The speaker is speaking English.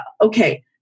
okay